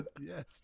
Yes